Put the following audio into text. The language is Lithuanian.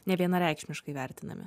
nevienareikšmiškai vertinami